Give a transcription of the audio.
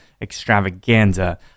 extravaganza